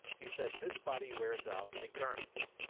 he said, this body wears out, like garments,